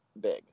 big